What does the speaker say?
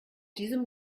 diesem